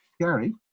Gary